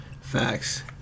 Facts